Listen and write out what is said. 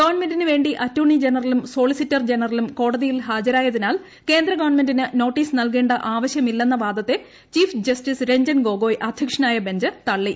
ഗവൺമെന്റിന് വേണ്ടി അറ്റോർണി ജനറലും സോളിസിറ്റർ ജനറലും കോടതിയിൽ ഹാജരായതിനാൽ കേന്ദ്ര ഗവൺമെന്റിന് നോട്ടീസ് നൽകേണ്ട ആവശ്യമില്ലെന്ന വാദത്തെ ചീഫ് ജസ്റ്റിസ് രഞ്ജൻ ഗൊഗോയ് അധ്യക്ഷനായ ബെഞ്ച് തള്ളി